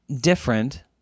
different